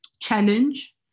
challenge